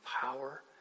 power